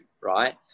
right